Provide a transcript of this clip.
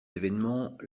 événements